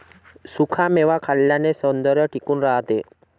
सुखा मेवा खाल्ल्याने सौंदर्य टिकून राहते